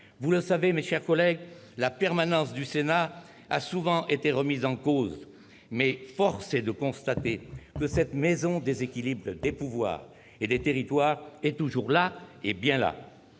Vous le savez, mes chers collègues, la permanence du Sénat a souvent été remise en cause, mais force est de constater que cette maison des équilibres des pouvoirs et des territoires est toujours là, et bien là